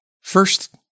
First